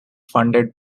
funded